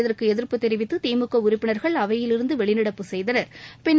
இதற்கு எதிர்ப்பு தெரிவித்து திமுக உறுப்பினர்கள் அவையிலிருந்து வெளிநடப்பு செய்தனர்